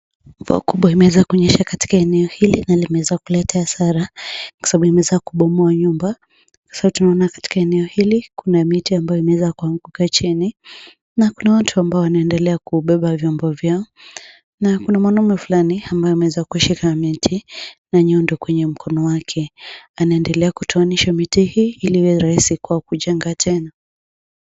Mvua kubwa umeweza kunyesha katika eneo hili na limeweza kuleta hasara kwa sababu limeweza kubomboa nyumba. Hivyo tunaona katika eneo hili kuna miti ambayo imeweza kuanguka chini na kuna watu ambao wanaendelea kuubeba vyombo vyao. Na kuna mwanamume fulani ambaye ameweza kushika miti na nyundo kwenye mkono wake. Anaendelea kutoanisha miti hii ili iwe rahisi kwao kujenga tena.